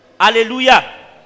Hallelujah